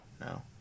No